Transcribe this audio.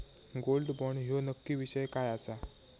Gold bond ह्यो नक्की विषय काय आसा?